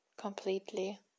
completely